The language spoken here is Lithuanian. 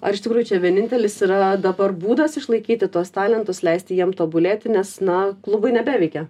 ar iš tikrųjų čia vienintelis yra dabar būdas išlaikyti tuos talentus leisti jiem tobulėti nes na klubai nebeveikia